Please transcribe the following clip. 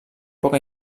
poca